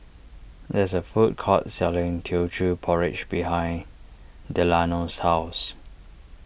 there is a food court selling Teochew Porridge behind Delano's house